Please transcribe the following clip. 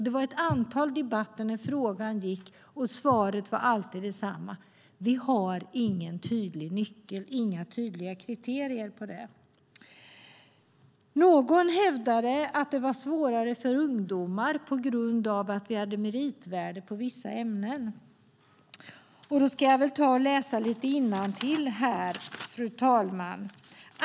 Det var ett antal debatter om frågan, och svaret var alltid detsamma: Vi har ingen tydlig nyckel och inga tydliga kriterier för det. Någon hävdade att det var svårare för ungdomar på grund av att vi hade meritvärde för vissa ämnen. Då ska jag ta och läsa lite innantill, fru talman.